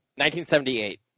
1978